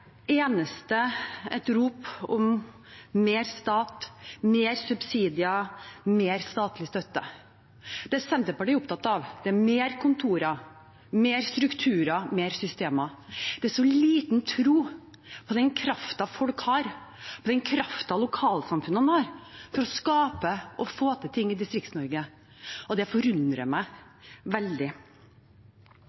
eneste rop om mer stat, mer subsidier, mer statlig støtte. Det Senterpartiet er opptatt av, er flere kontorer, flere strukturer, flere systemer. Det er så liten tro på den kraften folk har, den kraften lokalsamfunnene har, til å skape og få til ting i Distrikts-Norge. Det forundrer meg